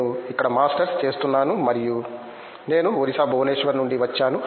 నేను ఇక్కడ మాస్టర్స్ చేస్తున్నాను మరియు నేను ఒరిస్సా భువనేశ్వర్ నుండి వచ్చాను